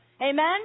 Amen